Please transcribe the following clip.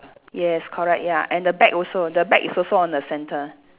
yes correct ya and the bag also the bag is also on the centre